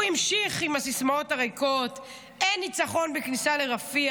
הוא המשיך עם הסיסמאות הריקות: "אין ניצחון בלי כניסה לרפיח",